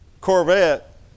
Corvette